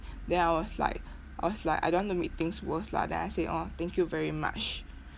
then I was like I was like I don't want to make things worse lah then I say oh thank you very much